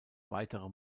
weitere